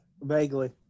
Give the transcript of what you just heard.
vaguely